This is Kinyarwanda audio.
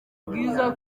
bwiza